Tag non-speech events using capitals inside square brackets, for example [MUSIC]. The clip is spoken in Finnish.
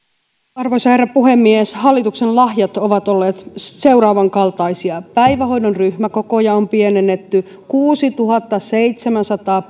arvoisa herra puhemies hallituksen lahjat ovat olleet seuraavankaltaisia päivähoidon ryhmäkokoja on pienennetty kuusituhattaseitsemänsataa [UNINTELLIGIBLE]